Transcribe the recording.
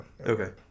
Okay